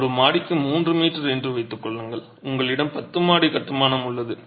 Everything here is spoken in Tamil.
ஒரு மாடிக்கு 3 மீட்டர் என்று வைத்துக் கொள்ளுங்கள் உங்களிடம் 10 மாடி கட்டுமானம் உள்ளது